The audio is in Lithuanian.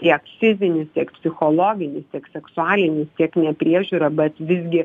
tiek fizinis tiek psichologinis tiek seksualinis tiek nepriežiūra bet visgi